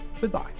Goodbye